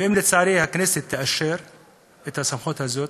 ואם, לצערי, הכנסת תאשר את הסמכות הזאת,